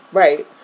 right